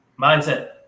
Mindset